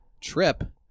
trip